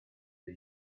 the